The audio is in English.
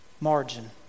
margin